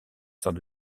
saint